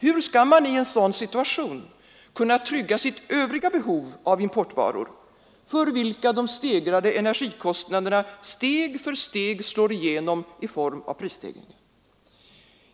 Hur skall man i en sådan situation kunna trygga sitt övriga behov av importvaror, för vilka de stegrade energikostnaderna steg för steg slår igenom i form av prisstegringar?